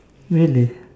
really